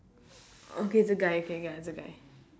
okay the guy K ya the guy